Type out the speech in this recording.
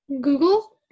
google